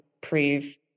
prove